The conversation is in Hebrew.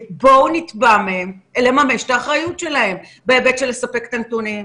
בואו נתבע מהם לממש את האחריות שלהם בהיבט של לספק את הנתונים,